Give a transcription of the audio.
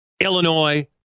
Illinois